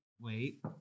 wait